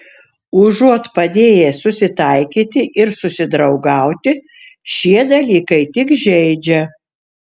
užuot padėję susitaikyti ir susidraugauti šie dalykai tik žeidžia